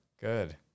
good